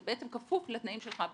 זה בעצם כפוף לתנאים שלך בחוזה,